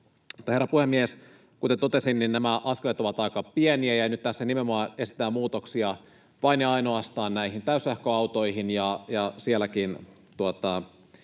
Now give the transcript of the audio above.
herra puhemies, kuten totesin, nämä askeleet ovat aika pieniä, ja nyt tässä nimenomaan esitetään muutoksia vain ja ainoastaan näihin täyssähköautoihin, ja sielläkin